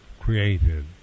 created